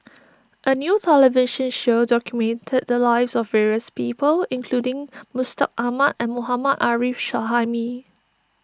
a new television show documented the lives of various people including Mustaq Ahmad and Mohammad Arif Suhaimi